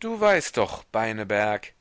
du weißt doch beineberg